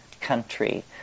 country